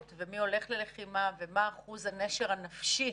ומי הולך ללחימה ומה אחוז הנשר הנפשי